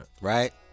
Right